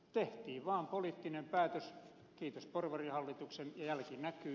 tehtiin vaan poliittinen päätös kiitos porvarihallituksen ja jälki näkyy